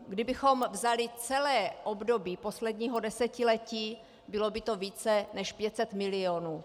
Kdybychom vzali celé období posledního desetiletí, bylo by to více než 500 milionů.